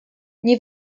nie